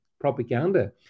propaganda